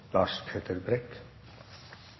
Lars Peder Brekk.